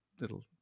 little